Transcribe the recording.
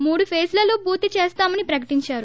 మూడు ఫేజ్లలో పూర్తి చేస్తామని ప్రకటించారు